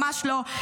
ממש לא,